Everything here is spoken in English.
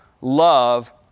Love